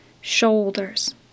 shoulders